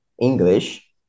English